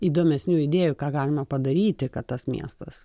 įdomesnių idėjų ką galima padaryti kad tas miestas